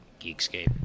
Geekscape